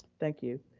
thank you.